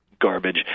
garbage